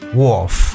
Wolf